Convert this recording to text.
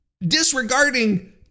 disregarding